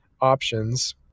options